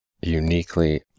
uniquely